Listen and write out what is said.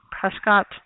Prescott